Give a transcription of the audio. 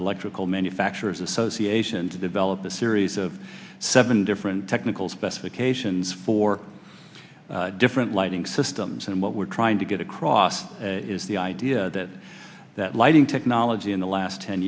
electrical manufacturers association to develop a series of seven different technical specifications for different lighting systems and what we're trying to get across is the idea that that lighting technology in the last ten